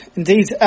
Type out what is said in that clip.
indeed